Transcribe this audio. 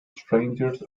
strangers